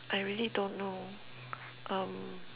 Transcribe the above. I really don't know um